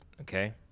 okay